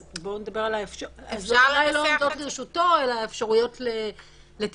אז אולי לא עומדות לרשותו אלא אפשרויות לטיפול,